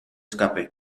escape